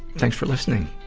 thanks for listening.